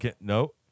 No